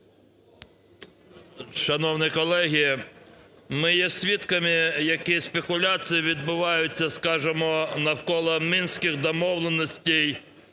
Шановні колеги! Ми є свідками, які спекуляції відбуваються, скажемо, навколо Мінських домовленостей,